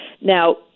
Now